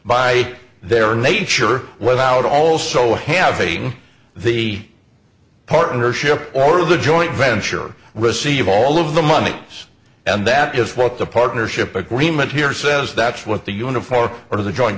by their nature without also having the partnership or the joint venture receive all of the money and that is what the partnership agreement here says that's what the uniform or t